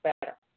better